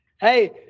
Hey